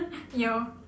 yo